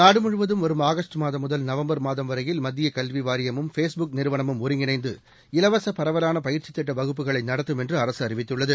நாடுமுழுவதும் வரும் ஆகஸ்டு மாதம் முதல் நவம்பர் மாதம் வரையில் மத்தியகல்விவாரியமும் ஃபேஸ் புக் நிறுவனமும் ஒருங்கிணைந்து இலவசபரவவானபயிற்சித் திட்டவகுப்புகளைநடத்தும் என்றுஅரசுஅறிவித்துள்ளது